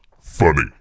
funny